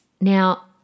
Now